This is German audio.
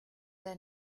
der